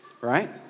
right